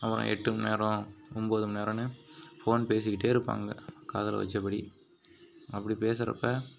ஆமா எட்டு மணிநேரம் ஒம்பது மணிநேரம்னு ஃபோன் பேசிக்கிட்டே இருப்பாங்க காதில் வைச்சபடி அப்படி பேசுகிறப்ப